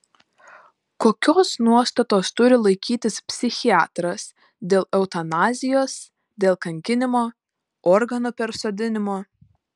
kokios nuostatos turi laikytis psichiatras dėl eutanazijos dėl kankinimo organų persodinimo